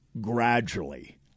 gradually